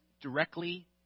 directly